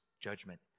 judgment